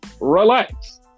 Relax